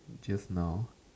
just now